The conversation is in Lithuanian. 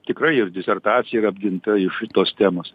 tikrai ir disertacija apginta iš tos temos